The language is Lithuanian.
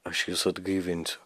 aš jus atgaivinsiu